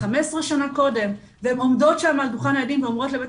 15 שנה קודם והן עומדות שם על דוכן העדים ואומרות לבית